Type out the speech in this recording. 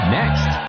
next